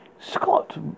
Scott